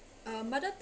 uh mother